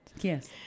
Yes